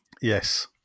Yes